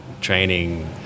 training